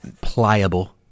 pliable